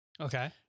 Okay